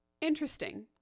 interesting